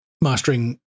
mastering